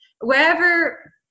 Wherever